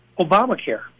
Obamacare